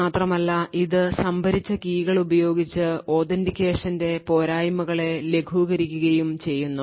മാത്രമല്ല ഇത് സംഭരിച്ച കീകൾ ഉപയോഗിച്ച് authentication ന്റെ പോരായ്മകളെ ലഘൂകരിക്കുകയും ചെയ്യുന്നു